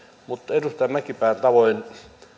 mutta edustaja mäkipään tavoin